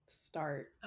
Start